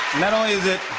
not only is it